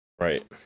right